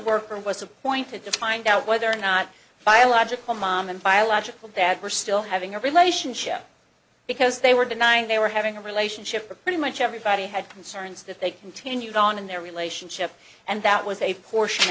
worker was appointed to find out whether or not biological mom and biological dad were still having a relationship because they were denying they were having a relationship or pretty much everybody had concerns that they continued on in their relationship and that was a portion